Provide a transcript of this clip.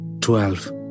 twelve